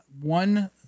one